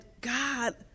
God